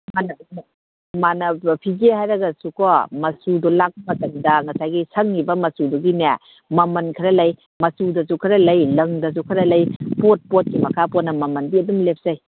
ꯃꯥꯅꯕ ꯐꯤꯒꯦ ꯍꯥꯏꯔꯒꯁꯨꯀꯣ ꯃꯆꯨꯗꯣ ꯂꯥꯛꯄ ꯃꯇꯝꯗ ꯉꯁꯥꯏꯒꯤ ꯁꯪꯉꯤꯕ ꯃꯆꯨꯗꯨꯒꯤꯅꯦ ꯃꯃꯜ ꯈꯔ ꯂꯩ ꯃꯆꯨꯗꯁꯨ ꯈꯔ ꯂꯩ ꯂꯪꯗꯁꯨ ꯈꯔ ꯂꯩ ꯄꯣꯠ ꯄꯣꯠꯀꯤ ꯃꯈꯥ ꯄꯣꯟꯅ ꯃꯃꯜꯗꯤ ꯑꯗꯨꯝ ꯂꯦꯞꯆꯩ